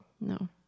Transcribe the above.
No